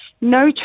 No